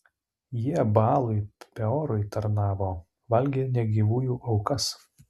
jie baalui peorui tarnavo valgė negyvųjų aukas